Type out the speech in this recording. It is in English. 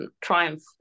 triumph